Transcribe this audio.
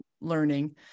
learning